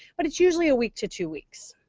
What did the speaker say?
but it's usually a week to two weeks.